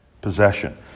possession